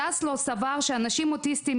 זסלו סבר שיש לטפל באנשים אוטיסטים